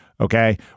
okay